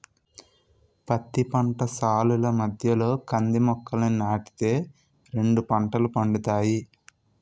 పత్తి పంట సాలుల మధ్యలో కంది మొక్కలని నాటి తే రెండు పంటలు పండుతాయి